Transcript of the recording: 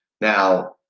Now